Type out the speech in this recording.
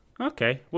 Okay